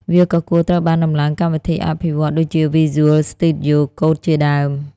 វាក៏គួរត្រូវបានដំឡើងកម្មវិធីអភិវឌ្ឍន៍ ដូចជា Visual Studio Code ជាដើម។